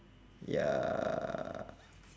ya